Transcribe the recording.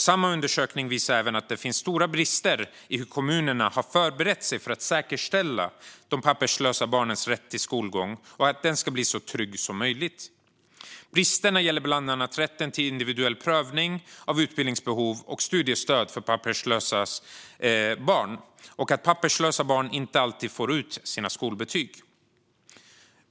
Samma undersökning visade även att det finns stora brister i hur kommunerna har förberett sig för att säkerställa de papperslösa barnens rätt till skolgång och att skolgången ska bli så trygg som möjligt. Bristerna gäller bland annat rätten till individuell prövning av utbildningsbehov och studiestöd för papperslösa barn. Papperslösa barn får inte alltid ut sina skolbetyg.